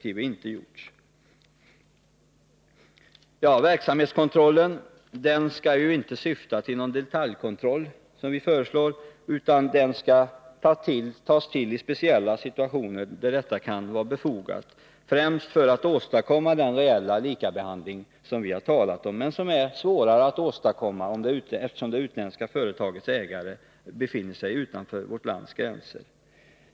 För det fjärde: Syftet med den verksamhetskontroll som vi föreslår skall naturligtvis inte vara att åstadkomma en detaljkontroll, utan kontrollen skall tas till i speciella situationer då detta kan vara befogat, främst för att åstadkomma den reella likabehandling som vi har talat om och som är svår att uppnå, eftersom det utländska företagets ägare befinner sig utanför vårt lands gränser.